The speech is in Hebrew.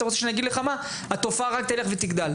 ואתה רוצה שאני אגיד לך מה, התופעה רק תלך ותגדל.